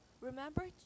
Remember